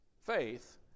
faith